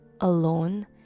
alone